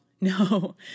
No